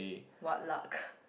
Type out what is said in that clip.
what luck